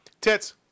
Tits